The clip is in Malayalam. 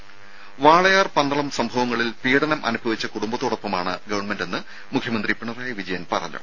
രും വാളയാർ പന്തളം സംഭവങ്ങളിൽ പീഡനം അനുഭവിച്ച കുടുംബത്തോടൊപ്പമാണ് ഗവൺമെന്റെന്ന് മുഖ്യമന്ത്രി പിണറായി വിജയൻ അറിയിച്ചു